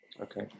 Okay